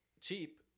cheap